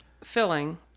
filling